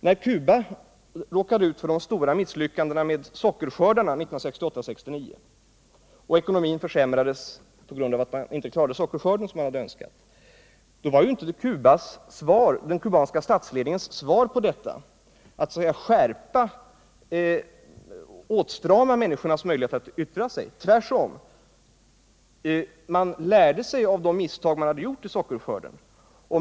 När Cuba råkade ut för de stora misslyckandena med sockerskördarna 1968 och 1969 och ekonomin försämrades på grund därav, var den kubanska statsledningens svar på detta inte att strama åt människornas möjligheter att yttra sig. Tvärtom — man lärde sig av de misstag man hade gjort i fråga om sockerskördarna.